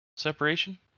separation